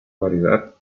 variedad